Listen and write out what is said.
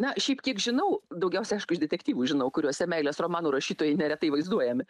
na šiaip kiek žinau daugiausia aišku iš detektyvų žinau kuriuose meilės romanų rašytojai neretai vaizduojami